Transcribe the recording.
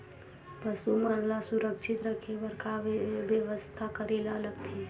पशु मन ल सुरक्षित रखे बर का बेवस्था करेला लगथे?